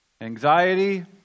anxiety